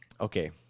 okay